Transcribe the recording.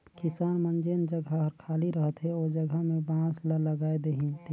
किसान मन जेन जघा हर खाली रहथे ओ जघा में बांस ल लगाय देतिन